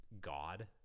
god